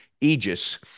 aegis